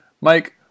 Mike